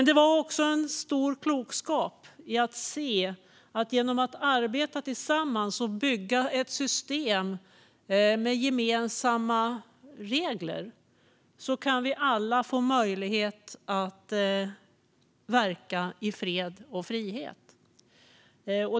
Det var också en stor klokskap att man såg att vi alla genom att arbeta tillsammans och bygga ett system med gemensamma regler kan få möjlighet att verka i fred och frihet.